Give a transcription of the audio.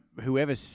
whoever